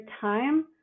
time